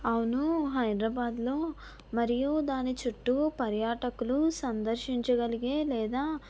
అవును హైదరాబాదులో మరియు దాని చుట్టూ పర్యాటకులు సందర్శించగలిగే లేదా